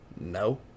no